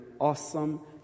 awesome